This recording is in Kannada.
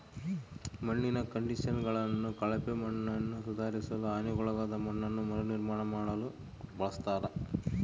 ಮಣ್ಣಿನ ಕಂಡಿಷನರ್ಗಳನ್ನು ಕಳಪೆ ಮಣ್ಣನ್ನುಸುಧಾರಿಸಲು ಹಾನಿಗೊಳಗಾದ ಮಣ್ಣನ್ನು ಮರುನಿರ್ಮಾಣ ಮಾಡಲು ಬಳಸ್ತರ